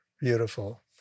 beautiful